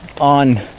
on